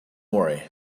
worry